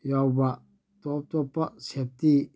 ꯌꯥꯎꯕ ꯇꯣꯞ ꯇꯣꯞꯄ ꯁꯦꯐꯇꯤ